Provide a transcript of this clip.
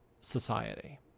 society